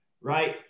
Right